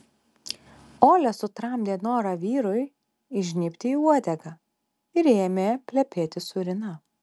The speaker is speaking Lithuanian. olia sutramdė norą vyrui įžnybti į uodegą ir ėmė plepėti su rina